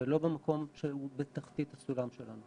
ולא במקום שהוא תחתית הסולם שלנו